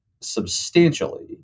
substantially